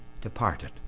departed